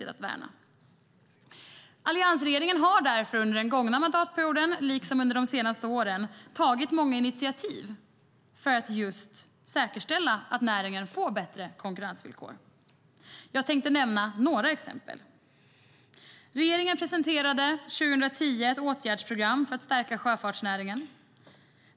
Alliansregeringen har därför under den förra mandatperioden liksom under de senaste åren tagit många initiativ för att just säkerställa att näringen får bättre konkurrensvillkor. Jag tänker nämna några exempel. Regeringen presenterade 2010 ett åtgärdsprogram för att stärka sjöfartsnäringen.